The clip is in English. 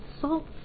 salt